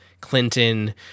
Clinton